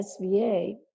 SVA